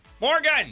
Morgan